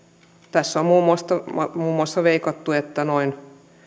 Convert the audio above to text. tässä on muun muassa muun muassa veikattu että noin